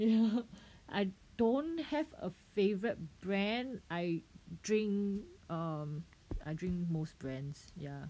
I don't have a favorite brand I drink um I drink most brands ya